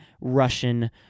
Russian